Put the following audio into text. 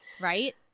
Right